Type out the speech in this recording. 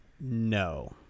No